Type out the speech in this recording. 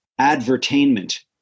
advertainment